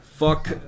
Fuck